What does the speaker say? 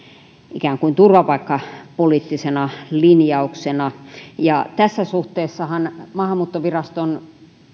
ikään kuin turvapaikkapoliittisena linjauksena tässä suhteessahan maahanmuuttoviraston